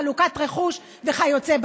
חלוקת רכוש וכיוצא בזה.